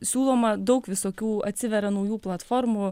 siūloma daug visokių atsiveria naujų platformų